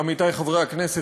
עמיתי חברי הכנסת,